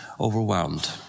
overwhelmed